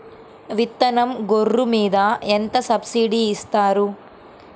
విత్తనం గొర్రు మీద ఎంత సబ్సిడీ ఇస్తారు?